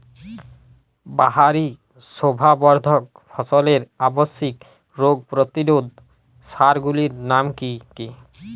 বাহারী শোভাবর্ধক ফসলের আবশ্যিক রোগ প্রতিরোধক সার গুলির নাম কি কি?